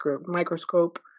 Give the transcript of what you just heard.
microscope